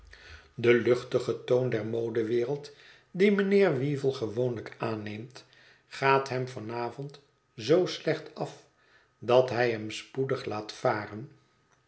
de luchtige toon der modewereld dien mijnheer weevle gewoonlijk aanneemt gaat hem van avond zoo slecht af dat hij hem spoedig laat varen